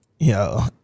Yo